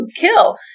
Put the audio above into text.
kill